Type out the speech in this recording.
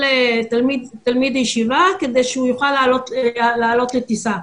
תלמיד ישיבה כדי שהוא יוכל לעלות לטיסה.